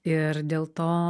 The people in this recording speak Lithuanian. ir dėl to